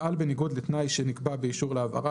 פעל בניגוד לתנאי שנקבע באישור להעברה,